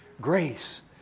Grace